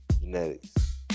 genetics